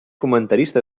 comentarista